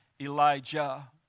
Elijah